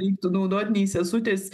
reiktų naudot nei sesutės